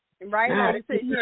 Right